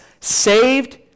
saved